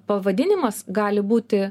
pavadinimas gali būti